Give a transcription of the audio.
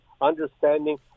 understanding